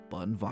Bun